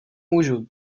můžu